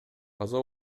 каза